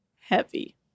heavy